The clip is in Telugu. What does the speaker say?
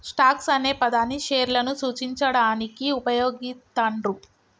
స్టాక్స్ అనే పదాన్ని షేర్లను సూచించడానికి వుపయోగిత్తండ్రు